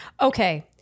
okay